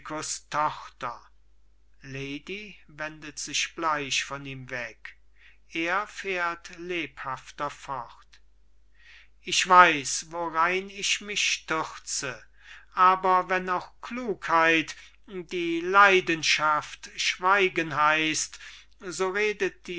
ich weiß worein ich mich stürze aber wenn auch klugheit die leidenschaft schweigen heißt so redet